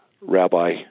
rabbi